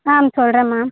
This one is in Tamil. ஆ சொல்கிறேன் மேம்